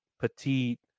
petite